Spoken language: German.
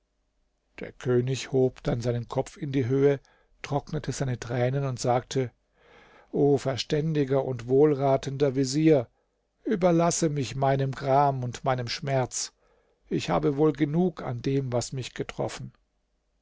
der könig hob dann seinen kopf in die höhe trocknete seine tränen und sagte o verständiger und wohlratender vezier überlasse mich meinem gram und meinem schmerz ich habe wohl genug an dem was mich getroffen